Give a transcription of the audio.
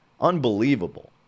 Unbelievable